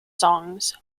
songs